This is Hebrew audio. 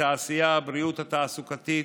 התעשייה, הבריאות התעסוקתית,